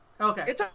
Okay